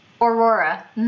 aurora